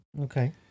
okay